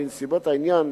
בנסיבות העניין,